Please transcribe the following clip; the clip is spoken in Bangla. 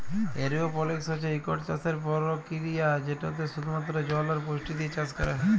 এরওপলিক্স হছে ইকট চাষের পরকিরিয়া যেটতে শুধুমাত্র জল আর পুষ্টি দিঁয়ে চাষ ক্যরা হ্যয়